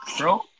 bro